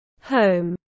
Home